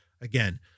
again